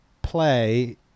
Play